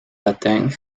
latijn